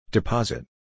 Deposit